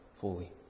fully